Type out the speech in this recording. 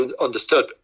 understood